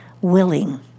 willing